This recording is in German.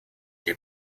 der